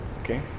Okay